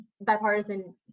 bipartisan